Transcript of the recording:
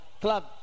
club